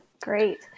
Great